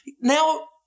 now